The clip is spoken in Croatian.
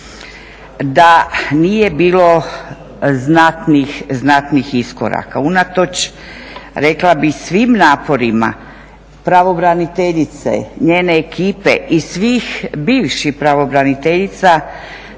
da nije bilo znatnih iskoraka. Unatoč rekla bih svim naporima pravobraniteljice, njene ekipe i svih bivših pravobraniteljica,